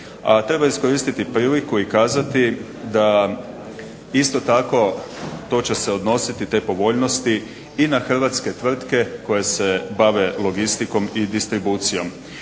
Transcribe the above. treba iskoristiti priliku i kazati da isto tako to će se odnositi te povoljnosti i na hrvatske tvrtke koje se bave logistikom i distribucijom.